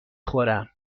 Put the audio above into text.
خورم